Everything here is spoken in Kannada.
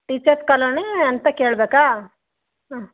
ಟೀಚರ್ಸ್ ಕಾಲನಿ ಅಂತ ಕೇಳಬೇಕಾ ಹಾಂ